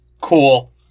Cool